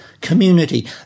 community